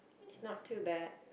it's not too bad